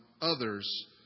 others